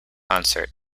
concert